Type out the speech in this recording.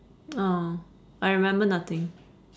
oh I remember nothing